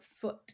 Foot